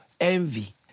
envy